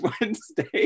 Wednesday